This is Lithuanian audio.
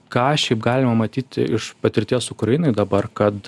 ką šiaip galima matyti iš patirties ukrainoj dabar kad